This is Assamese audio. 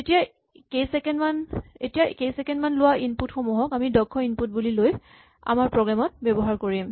এতিয়া কেই ছেকেণ্ড মান লোৱা ইনপুট সমূহক আমি দক্ষ ইনপুট বুলি কৈ আমাৰ প্ৰগ্ৰেম ত ব্যৱহাৰ কৰিম